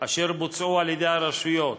אשר בוצעו על-ידי הרשויות,